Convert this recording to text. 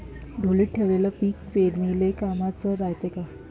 ढोलीत ठेवलेलं पीक पेरनीले कामाचं रायते का?